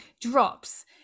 drops